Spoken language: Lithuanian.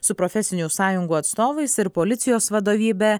su profesinių sąjungų atstovais ir policijos vadovybe